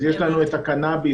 יש לנו את הקנביס.